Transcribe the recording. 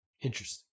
interesting